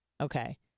okay